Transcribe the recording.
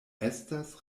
estas